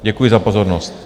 Děkuji za pozornost.